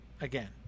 again